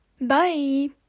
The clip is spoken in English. bye